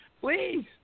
Please